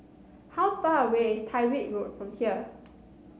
how far away is Tyrwhitt Road from here